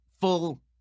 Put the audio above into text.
full